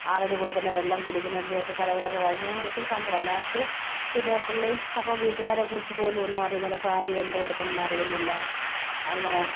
ആടിനു കൊടുക്കുന്ന വെള്ളം കുടിക്കുന്നതിൻ്റെയൊക്കെ കഥകളൊക്കെ വായിക്കുമ്പോള് ഒത്തിരി സങ്കടമാണ് ലാസ്റ്റ് പിന്നെ പുള്ളി അപ്പോള് വീട്ടുകാരെക്കുറിച്ചുപോലും ഒന്നും അറിയുന്നില്ല ഭാര്യ എന്തെടുക്കുന്ന് അറിയുന്നില്ല അങ്ങനെ